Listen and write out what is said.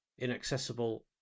inaccessible